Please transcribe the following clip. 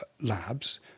labs